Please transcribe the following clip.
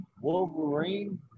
Wolverine